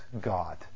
God